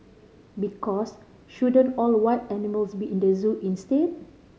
because shouldn't all wild animals be in the zoo instead